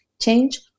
change